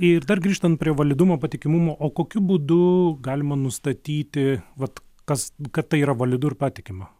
ir dar grįžtant prie validumo patikimumo o kokiu būdu galima nustatyti vat kas kad tai yra validu ir patikima